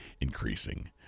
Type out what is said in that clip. increasing